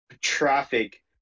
traffic